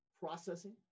processing